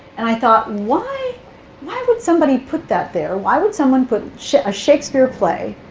and i thought, why why would somebody put that there? why would someone put a shakespeare play